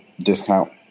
discount